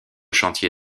chantier